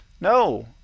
No